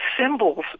symbols